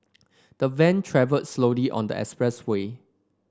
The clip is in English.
the van travelled slowly on the expressway